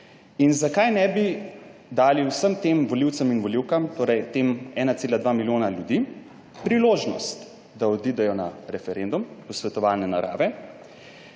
In zakaj ne bi dali vsem tem volivcem in volivkam, torej tem 1,2 milijona ljudi, priložnost, da odidejo na referendum posvetovalne narave,